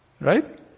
Right